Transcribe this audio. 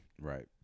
right